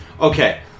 okay